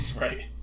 Right